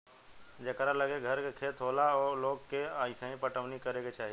जेकरा लगे घर के खेत होला ओ लोग के असही पटवनी करे के चाही